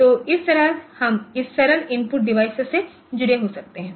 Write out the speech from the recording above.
तो इस तरह हम इस सरल इनपुट डिवाइस से जुड़े हो सकते हैं